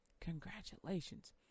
Congratulations